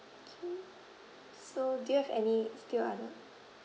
K so do you have any still other